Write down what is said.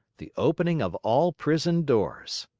the opening of all prison doors.